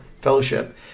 fellowship